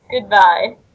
Goodbye